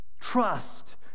Trust